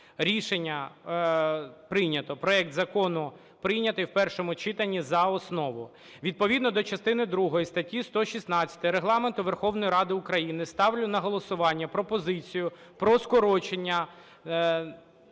Рішення прийнято. Проект закону прийнятий в першому читанні за основу. Відповідно до частини другої статті 116 Регламенту Верховної Ради України ставлю на голосування пропозицію про скорочення